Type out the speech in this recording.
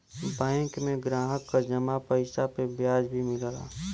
bank में ग्राहक क जमा पइसा पे ब्याज भी मिलला